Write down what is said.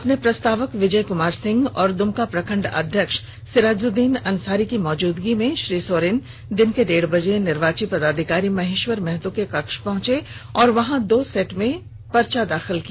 अपने प्रस्तावक विजय कुमार सिंह और दुमका प्रखंड अध्यक्ष सिराजुद्दीन अंसारी की मौजूदगी में श्रीसोरेन दिन के डेढ़ बजे निर्वाची पदाधिकारी महेश्वर महतो के कक्ष पहुंचे और वहां दो सेट में पर्चा में दाखिल किया